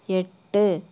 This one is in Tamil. எட்டு